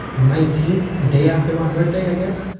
nineteenth a day after my birthday, i guess.